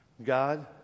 God